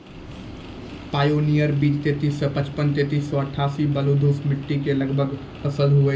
Pioneer बीज तेंतीस सौ पचपन या तेंतीस सौ अट्ठासी बलधुस मिट्टी मे फसल निक होई छै?